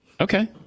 Okay